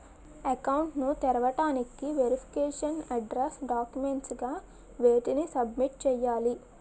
Account ను తెరవటానికి verification address documents గా వేటిని సబ్మిట్ చేయాలి?